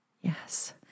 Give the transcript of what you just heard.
Yes